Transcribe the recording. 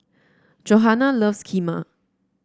Johana loves Kheema